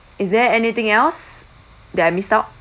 is there anything else that I missed out